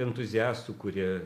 entuziastų kurie